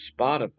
Spotify